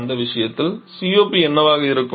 அந்த விஷயத்தில் COP என்னவாக இருக்கும்